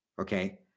Okay